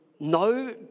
no